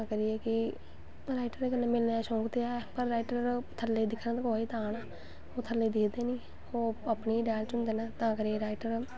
असैं कमीज़ कियां कट्टनी सलवार कियां कट्टनी फिर जोड़नांम दस्सदे ऐ कि इसी जोड़नां